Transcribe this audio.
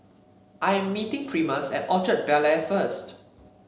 I am meeting Primus at Orchard Bel Air first